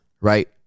right